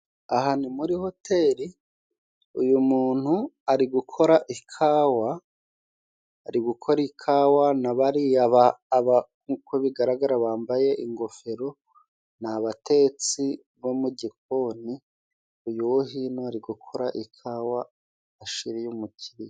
Aha ni muri hoteli. Uyu muntu ari gukora ikawa. Ari gukora ikawa, na bariya uko bigaragara bambaye ingofero ,ni abatetsi bo mu gikoni. Uyu wo hino ari gukora ikawa ashyiriye umukiriya.